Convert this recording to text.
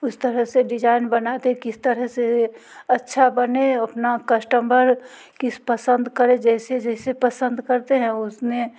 उस तरह से डिजाइन बना दे किस तरह से अच्छा बने अपना कश्टमर की पसंद करें जैसे जैसे पसंद करते हैं उसमें